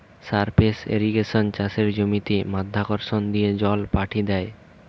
surface ইর্রিগেশনে চাষের জমিতে মাধ্যাকর্ষণ দিয়ে জল পাঠি দ্যায়